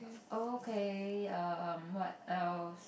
okay um what else